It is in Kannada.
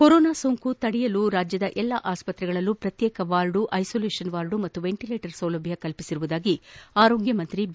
ಕೊರೋನಾ ಸೋಂಕು ತಡೆಯಲು ರಾಜ್ಯದ ಎಲ್ಲಾ ಆಸ್ಪತ್ರೆಗಳಲ್ಲೂ ಪ್ರೆತ್ಯೇಕ ವಾರ್ಡ್ ಐಸೋಲೇಷನ್ ವಾರ್ಡ್ ಮತ್ತು ವೆಂಟಿಲೇಟರ್ ಸೌಲಭ್ಯ ಕಲ್ಪಿಸಲಾಗಿದೆ ಎಂದು ಆರೋಗ್ಯ ಸಚಿವ ಬಿ